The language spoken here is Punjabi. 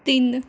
ਤਿੰਨ